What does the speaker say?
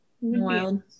Wild